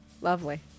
Lovely